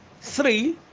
Three